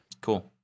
Cool